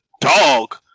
dog